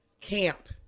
Camp